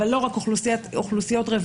אבל לא רק אוכלוסיות רווחה,